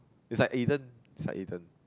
is like Ayden is like Ayden